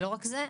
לא רק זה,